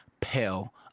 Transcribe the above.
pale